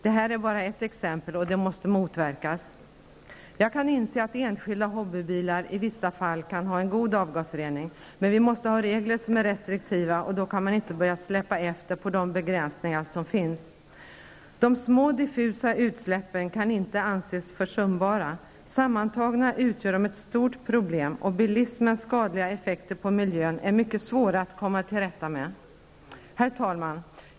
Det här är bara ett exempel och det måste motverkas. Jag kan inse att enskilda hobbybilar i vissa fall kan ha en god avgasrening, men vi måste ha regler som är restriktiva och då kan man inte börja släppa efter på de begränsningar som finns. De små diffusa utsläppen kan inte anses försumbara. Sammantagna utgör de ett stort problem och bilismens skadliga effekter på miljön är mycket svåra att komma till rätta med. Herr talman!